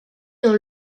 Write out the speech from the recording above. dans